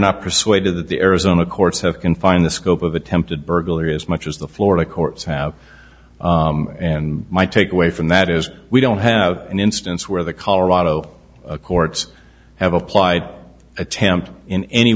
not persuaded that the arizona courts have confined the scope of attempted burglary as much as the florida courts have and might take away from that is we don't have an instance where the colorado courts have applied attempt in any